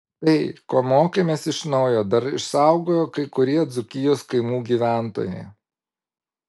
tai ko mokomės iš naujo dar išsaugojo kai kurie dzūkijos kaimų gyventojai